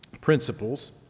principles